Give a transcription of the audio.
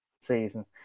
season